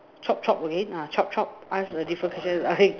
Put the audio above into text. chop chop again ah chop chop ask a different question I